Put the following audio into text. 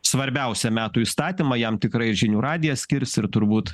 svarbiausią metų įstatymą jam tikrai ir žinių radijas skirs ir turbūt